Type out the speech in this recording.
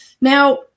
Now